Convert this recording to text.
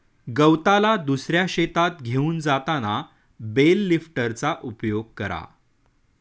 गवताला दुसऱ्या शेतात घेऊन जाताना बेल लिफ्टरचा उपयोग करा